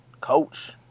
coach